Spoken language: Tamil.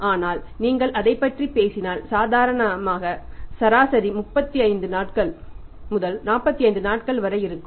ஆனால் நீங்கள் அதைப் பற்றி பேசினால் சாதாரண சராசரி 35 நாட்கள் முதல் 45 நாட்கள் வரை இருக்கும்